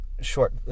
short